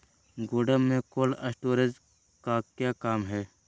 गोडम में cold storage का क्या काम है?